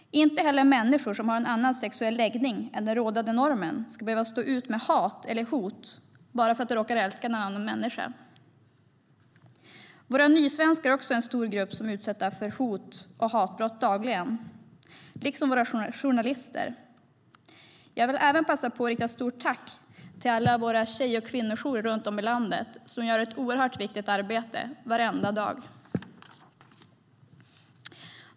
Inte heller människor som har en annan sexuell läggning än den rådande normen ska behöva stå ut med hat eller hot bara för att de råkar älska en annan människa. Våra nysvenskar är också en stor grupp som är utsatt för hot och hatbrott dagligen, liksom våra journalister. Jag vill passa på att rikta ett stort tack till alla våra tjej och kvinnojourer runt om i landet som gör ett oerhört viktigt arbete varenda dag.